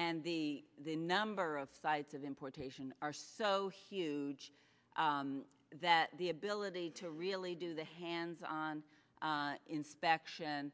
and the the number of sides of importation are so huge that the ability to really do the hands on inspection